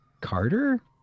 Carter